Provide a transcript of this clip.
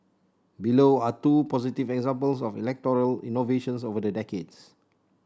below are two positive examples of electoral innovations over the decades